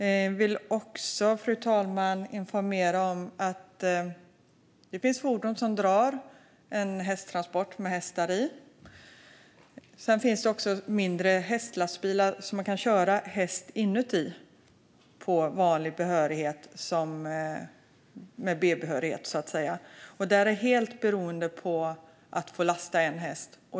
Jag vill också, fru talman, informera om att det finns fordon som drar hästtransporter med hästar i. Sedan finns det också mindre hästlastbilar som man med vanlig B-behörighet kan köra med häst i. Det här är helt beroende på att man får lasta en häst.